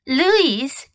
Louise